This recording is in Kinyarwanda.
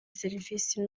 serivisi